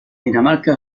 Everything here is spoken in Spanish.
dinamarca